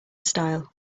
style